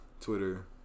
Twitter